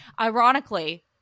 Ironically